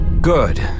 Good